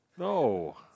No